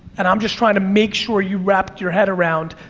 and i'm just trying to make sure you wrapped your head around,